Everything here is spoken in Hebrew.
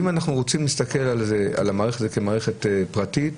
אם אנחנו רוצים להסתכל על המערכת כמערכת פרטית,